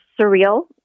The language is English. surreal